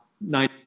nine